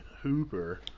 Hooper